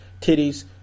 titties